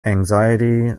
anxiety